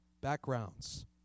backgrounds